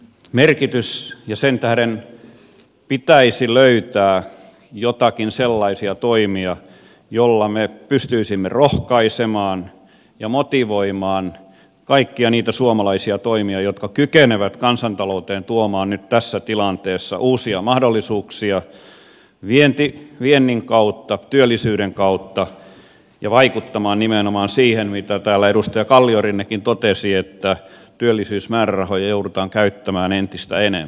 sen tähden pitäisi löytää joitakin sellaisia toimia joilla me pystyisimme rohkaisemaan ja motivoimaan kaikkia niitä suomalaisia toimia jotka kykenevät kansantalouteen tuomaan nyt tässä tilanteessa uusia mahdollisuuksia viennin kautta työllisyyden kautta ja vaikuttamaan nimenomaan siihen mitä täällä edustaja kalliorinnekin totesi että työllisyysmäärärahoja joudutaan käyttämään entistä enemmän